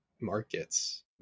markets